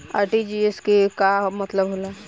RTGS के का मतलब होला?